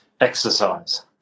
exercise